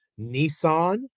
Nissan